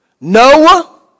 Noah